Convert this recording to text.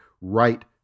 right